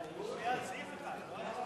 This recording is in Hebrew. הצבעה על סעיף 1, לא על ההסתייגות.